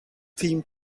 team